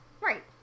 right